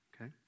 Okay